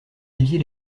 dévier